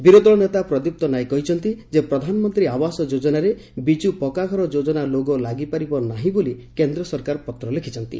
ବିରୋଧୀଦଳ ନେତା ପ୍ରଦୀପ୍ତ ନାୟକ କହିଛନ୍ତି ଯେ ପ୍ରଧାନମନ୍ତୀ ଆବାସ ଯୋଜନାରେ ବିଜୁ ପକ୍କାଘର ଯୋଜନା ଲୋଗୋ ଲାଗିପାରିବ ନାହିଁ ବୋଲି କେନ୍ଦ ସରକାର ପତ୍ର ଲେଖୁଛନ୍ତି